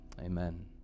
Amen